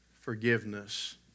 forgiveness